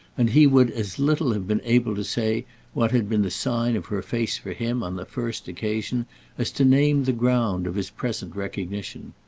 and he would as little have been able to say what had been the sign of her face for him on the first occasion as to name the ground of his present recognition.